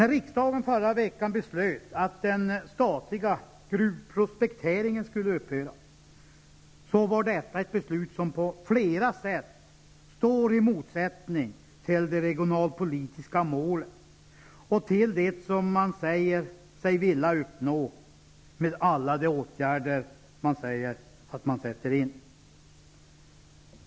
Riksdagens beslut förra veckan att den statliga gruvprospekteringen skulle upphöra var ett beslut som på flera sätt står i motsättning till de regionalpolitiska målen och till det som man säger sig vilja uppnå med alla de åtgärder man sätter in.